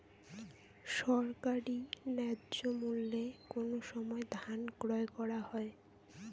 সরকারি ন্যায্য মূল্যে কোন সময় ধান ক্রয় করা হয়?